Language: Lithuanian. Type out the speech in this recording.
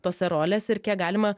tose rolėse ir kiek galima